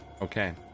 Okay